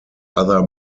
other